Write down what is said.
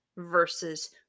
versus